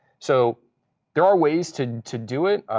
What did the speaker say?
so there are ways to to do it.